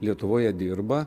lietuvoje dirba